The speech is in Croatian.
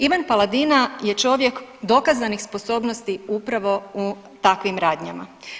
Ivan Paladina je čovjek dokazanih sposobnosti upravo u takvim radnjama.